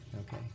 Okay